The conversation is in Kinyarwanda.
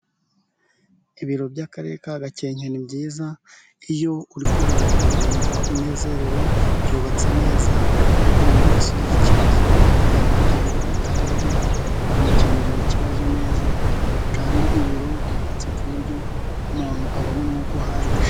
Ibiro by'Akarere ka Gakenke ni byiza. Iyo uri kubireba wumva unezerewe. Byubatse neza, umuntu wese ugize ikibazo akagana ibiro by'Akarere bimukemurira ikibazo neza, kandi ibiro byubatse ku buryo umuntu abona umwuka uhagije.